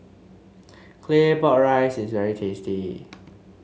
Claypot Rice is very tasty